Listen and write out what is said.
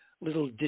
little